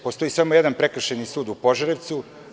Postoji samo jedan prekršajni sudu u Požarevcu.